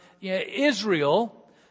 Israel